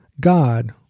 God